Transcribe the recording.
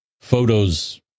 photos